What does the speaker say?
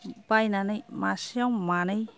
बायनानै मासेआव मानै